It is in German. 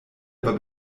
aber